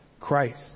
Christ